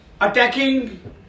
attacking